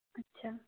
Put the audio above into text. ਅੱਛਾ